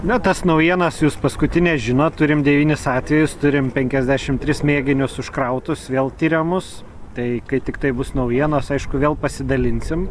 na tas naujienas jūs paskutines žinot turim devynis atvejus turim penkiasdešim tris mėginius užkrautus vėl tiriamus tai kai tiktai bus naujienos aišku vėl pasidalinsim